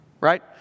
Right